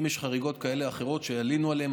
אם יש חריגות כאלה או אחרות שילינו עליהן,